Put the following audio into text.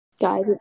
Guys